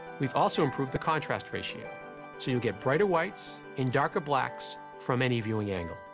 we've also improved the contrast ratio so you get brighter whites and darker blacks from any viewing angle.